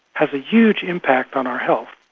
has a huge impact on our health.